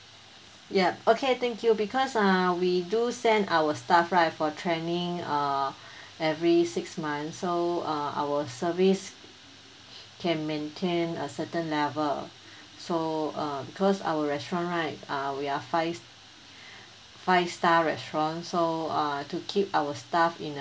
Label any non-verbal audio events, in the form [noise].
ya okay thank you because uh we do send our staff right for training uh [breath] every six months so uh our service [breath] can maintain a certain level [breath] so uh because our restaurant right uh we are five [breath] five star restaurant so uh to keep our staff in